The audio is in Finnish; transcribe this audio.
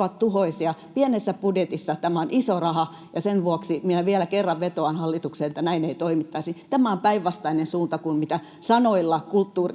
ovat tuhoisia. Pienessä budjetissa tämä on iso raha, ja sen vuoksi minä vielä kerran vetoan hallitukseen, että näin ei toimittaisi. Tämä on päinvastainen suunta kuin mitä sanoilla